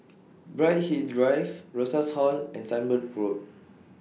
Bright Hill Drive Rosas Hall and Sunbird Road